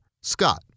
Scott